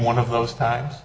one of those times